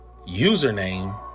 username